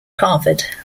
harvard